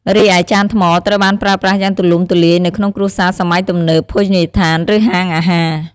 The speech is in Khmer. រីឯចានថ្មត្រូវបានប្រើប្រាស់យ៉ាងទូលំទូលាយនៅក្នុងគ្រួសារសម័យទំនើប ភោជនីយដ្ឋាន ឬហាងអាហារ។